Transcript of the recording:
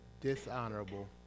dishonorable